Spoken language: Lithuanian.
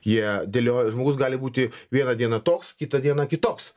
jie dėlioja žmogus gali būti vieną dieną toks kitą dieną kitoks